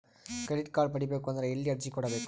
Credit card ಪಡಿಬೇಕು ಅಂದ್ರ ಎಲ್ಲಿ ಅರ್ಜಿ ಕೊಡಬೇಕು?